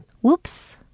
Whoops